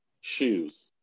shoes